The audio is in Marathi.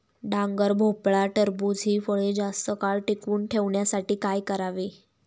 डांगर, भोपळा, टरबूज हि फळे जास्त काळ टिकवून ठेवण्यासाठी काय करावे?